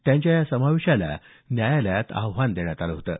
त्यांच्या या समावेशाला न्यायालयात आव्हान देण्यात आलं होतं